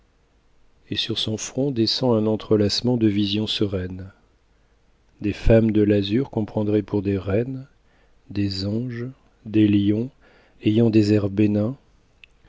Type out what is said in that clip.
et sur son front descend un entrelacement de visions sereines des femmes de l'azur qu'on prendrait pour des reines des anges des lions ayant des airs benins